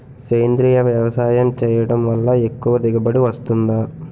సేంద్రీయ వ్యవసాయం చేయడం వల్ల ఎక్కువ దిగుబడి వస్తుందా?